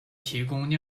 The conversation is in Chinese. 提供